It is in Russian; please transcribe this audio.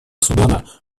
судана